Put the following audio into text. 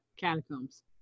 catacombs